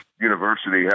university